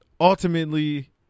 Ultimately